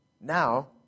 Now